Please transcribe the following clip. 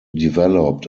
developed